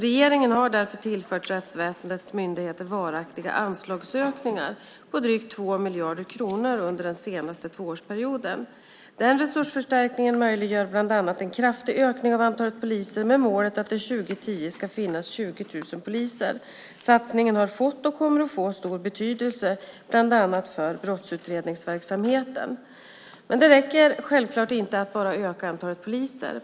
Regeringen har därför tillfört rättsväsendets myndigheter varaktiga anslagsökningar på drygt 2 miljarder kronor under den senaste tvåårsperioden. Denna resursförstärkning möjliggör bland annat en kraftig ökning av antalet poliser med målet att det 2010 ska finnas 20 000 poliser. Satsningen har fått och kommer att få stor betydelse för bland annat brottsutredningsverksamheten. Det räcker självklart inte att bara öka antalet poliser.